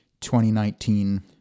2019